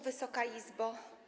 Wysoka Izbo!